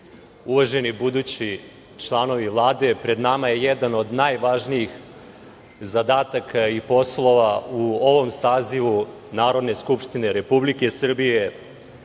uvaženi budući članovi Vlade, pred nama je jedan od najvažnijih zadataka i poslova u ovom sazivu Narodne skupštine Republike Srbije,